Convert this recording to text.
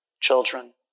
Children